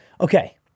Okay